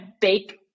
bake